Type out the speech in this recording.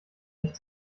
nicht